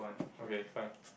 okay fine